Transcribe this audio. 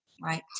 right